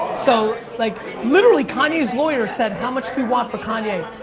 so, like literally kanye's lawyer said, how much do you want for kanye?